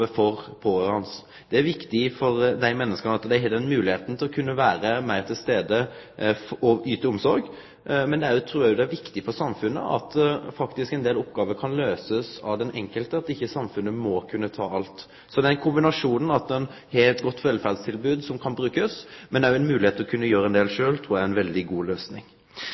for pårørande. Det er viktig for dei menneska at dei har moglegheit til å vere meir til stades og yte omsorg, men eg trur òg det er viktig for samfunnet at ein del oppgåver faktisk kan løysast av den enkelte, og at ikkje samfunnet må ta alt. Så kombinasjonen av eit godt velferdstilbod som kan brukast, og ei moglegheit til å gjere ein del sjølv trur eg er ei veldig god løysing.